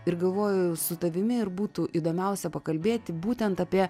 ir galvojau su tavimi ir būtų įdomiausia pakalbėti būtent apie